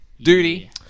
Duty